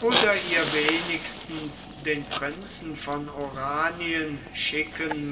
oder ihr wenigstens den prinzen von oranien schicken